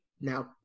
now